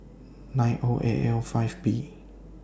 nine O A L five B